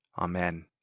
Amen